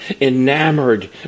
enamored